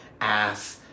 ass